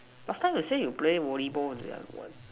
last time you say you play volleyball